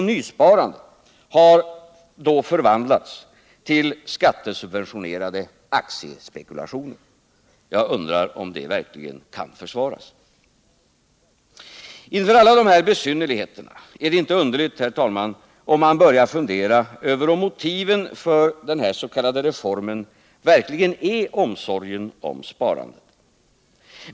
Nysparandet har då förvandlats till skattesubventionerade aktiespekulationer. Jag undrar om det verkligen kan försvaras. Inför alla dessa besynnerligheter är det inte underligt, herr talman, om man börjar fundera över huruvida motivet för den här s.k. reformen verkligen är omsorgen om sparandet.